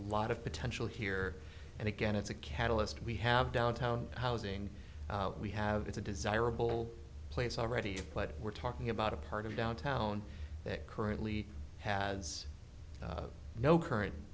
lot of potential here and again it's a catalyst we have downtown housing we have it's a desirable place already but we're talking about a part of downtown that currently has